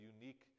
unique